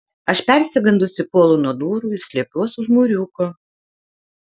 aš persigandusi puolu nuo durų ir slepiuos už mūriuko